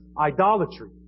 idolatry